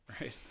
right